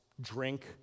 drink